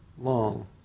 long